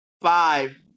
five